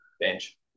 bench